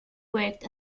worked